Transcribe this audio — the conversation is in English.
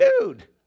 dude